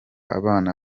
abana